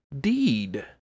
deed